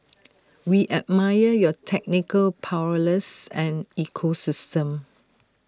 we admire your technical prowess and ecosystem